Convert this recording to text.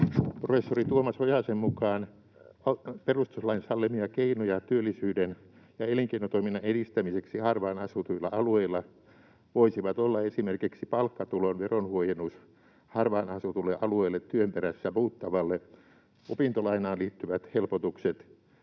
Professori Tuomas Ojasen mukaan perustuslain sallimia keinoja työllisyyden ja elinkeinotoiminnan edistämiseksi harvaan asutuilla alueilla voisivat olla esimerkiksi palkkatulon veronhuojennus harvaan asutulle alueelle työn perässä muuttavalle, opintolainaan liittyvät helpotukset,